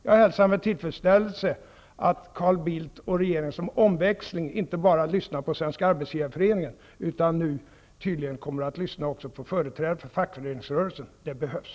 Jag hälsar med tillfredsställelse att Carl Bildt och regeringen som omväxling inte bara lyssnar på Svenska Arbetsgivareföreningen utan nu tydligen också lyssnar på företrädare för fackföreningsrörelsen. Det behövs.